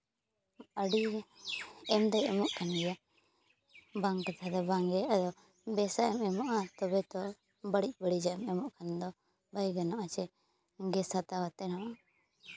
ᱟᱹᱰᱤ ᱮᱢ ᱫᱚᱭ ᱮᱢᱚᱜ ᱠᱟᱱ ᱜᱮᱭᱟ ᱵᱟᱝ ᱠᱟᱛᱷᱟ ᱫᱚ ᱵᱟᱝᱜᱮ ᱟᱫᱚ ᱵᱮᱥᱟᱜ ᱮ ᱮᱢᱚᱜᱼᱟ ᱛᱚᱵᱮ ᱛᱚ ᱵᱟᱹᱲᱤᱡ ᱵᱟᱹᱲᱤᱡᱟᱜ ᱮᱢ ᱮᱢᱚᱜ ᱠᱷᱟᱱ ᱫᱚ ᱵᱟᱭ ᱜᱟᱱᱚᱜᱼᱟ ᱪᱮ ᱜᱮᱥ ᱦᱟᱛᱟᱣ ᱠᱟᱛᱮ ᱦᱚᱸ